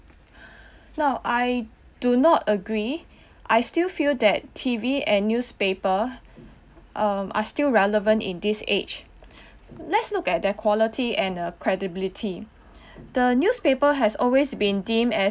now I do not agree I still feel that T_V and newspaper um are still relevant in this age let's look at their quality and the credibility the newspaper has always been deemed as